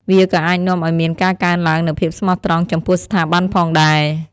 វាក៏អាចនាំឱ្យមានការកើនឡើងនូវភាពស្មោះត្រង់ចំពោះស្ថាប័នផងដែរ។